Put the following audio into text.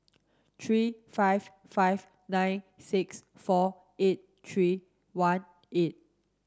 three five five nine six four eight three one eight